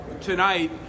Tonight